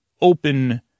open